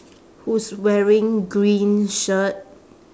who's wearing green shirt